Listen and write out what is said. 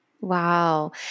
Wow